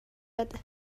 بده